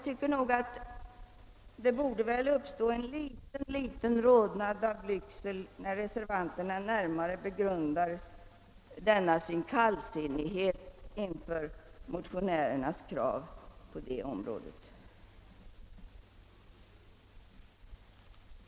Reservanterna borde väl rodna åtminstone litet av blygsel när de närmare begrundar denna sin kallsinnighet inför motionärernas krav på det området.